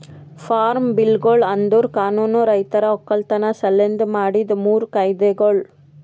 form ಬಿಲ್ಗೊಳು ಅಂದುರ್ ಕಾನೂನು ರೈತರ ಒಕ್ಕಲತನ ಸಲೆಂದ್ ಮಾಡಿದ್ದು ಮೂರು ಕಾಯ್ದೆಗೊಳ್